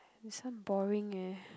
this one boring eh